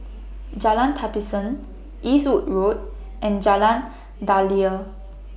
Jalan Tapisan Eastwood Road and Jalan Daliah